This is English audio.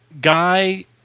Guy